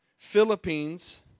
Philippines